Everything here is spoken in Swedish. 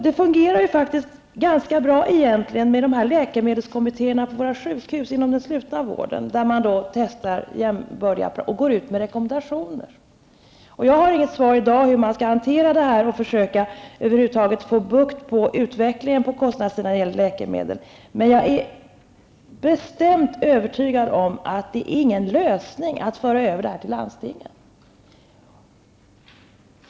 Det fungerar egentligen ganska bra med läkemedelskommittéerna inom den slutna vården på våra sjukhus. Där testar man jämbördiga preparat och går ut med rekommendationer. Jag har i dag inget svar på hur man skall hantera det här och försöka få bukt med utvecklingen på kostnadssidan när det gäller läkemedel, men jag är helt övertygad om att det inte är någon lösning att föra över det till landstingen.